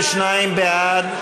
62 בעד,